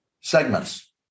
segments